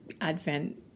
Advent